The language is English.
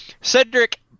Cedric